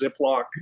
Ziploc